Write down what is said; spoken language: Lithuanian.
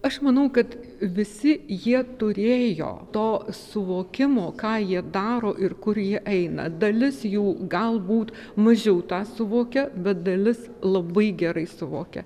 aš manau kad visi jie turėjo to suvokimo ką jie daro ir kur jie eina dalis jų galbūt mažiau tą suvokia bet dalis labai gerai suvokia